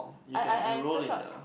I I I'm too short